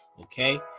Okay